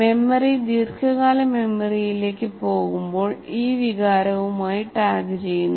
memory ദീർഘകാല മെമ്മറിയിലേക്ക് പോകുമ്പോൾ ഈ വികാരവുമായി ടാഗുചെയ്യുന്നു